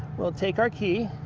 we'll take our key,